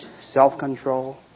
self-control